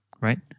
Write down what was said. right